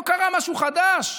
לא קרה משהו חדש.